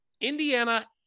Indiana